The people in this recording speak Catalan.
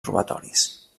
robatoris